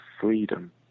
freedom